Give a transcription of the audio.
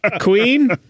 Queen